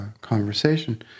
conversation